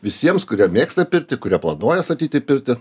visiems kurie mėgsta pirtį kurie planuoja statyti pirtį